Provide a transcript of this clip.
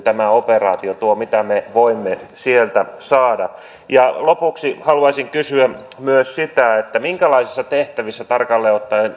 tämä operaatio tuo mitä me voimme sieltä saada ja lopuksi haluaisin kysyä myös sitä minkälaisissa koulutustehtävissä tarkalleen ottaen